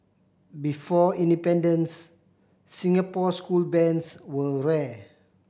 before independence Singapore school bands were rare